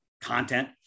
content